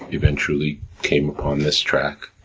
eventually came upon this track,